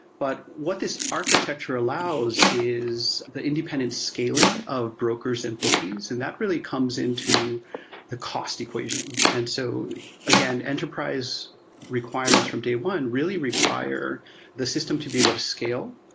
but what this architecture allows is the independent scaling of brokers and bookies. and that really comes into the cost equation. and so again, enterprise requirements from day one really require the system to be able to scale,